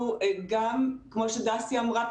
כמו שדסי אמרה,